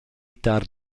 tard